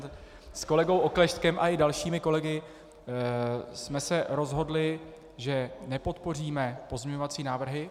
S kolegou Oklešťkem a i dalšími kolegy jsme se rozhodli, že nepodpoříme pozměňovací návrhy.